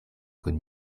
kun